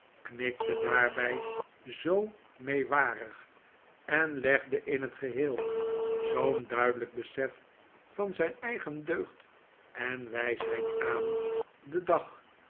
knikte daarbij zoo meewarig en legde in het geheel zoo'n duidelijk besef van zijn eigen deugd en wijsheid aan den dag